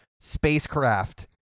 spacecraft